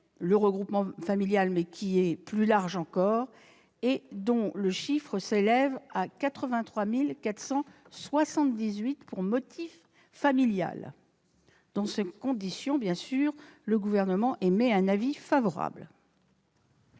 le regroupement familial, mais qui est plus large encore, et dont le chiffre s'élève à 83 478 entrées pour motif familial. Dans ces conditions, le Gouvernement émet bien sûr un avis favorable